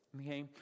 okay